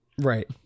right